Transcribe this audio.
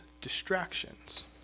distractions